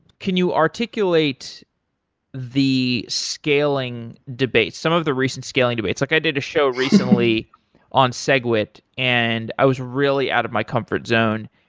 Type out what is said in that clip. can you articulate the scaling debate, some of the recent scaling debates? like i did a show recently on segwit and i was really out of my comfort zone.